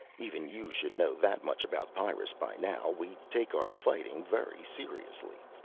even you should know that much about pyrrus by now. we take our fighting very seriously.